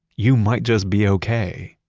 you might just be okay